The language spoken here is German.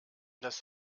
das